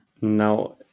Now